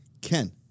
Ken